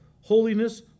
holiness